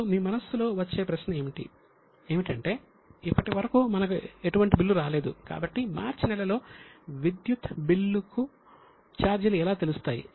ఇప్పుడు మీ మనస్సులో వచ్చే ప్రశ్న ఏమిటంటే ఇప్పటివరకు మనకు ఎటువంటి బిల్లు రాలేదు కాబట్టి మార్చి నెలలో విద్యుత్ బిల్లుకు ఛార్జీలు ఎలా తెలుస్తాయి